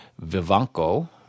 Vivanco